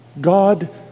God